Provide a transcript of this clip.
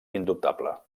indubtable